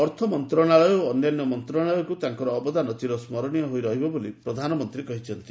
ଅର୍ଥ ମନ୍ତ୍ରଣାଳୟ ଓ ଅନ୍ୟାନ୍ୟ ମନ୍ତ୍ରଣାଳୟକୁ ତାଙ୍କର ଅବଦାନ ଚିର ସ୍କରଣୀୟ ହୋଇ ରହିବ ବୋଲି ପ୍ରଧାନମନ୍ତ୍ରୀ କହିଛନ୍ତି